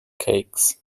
cakes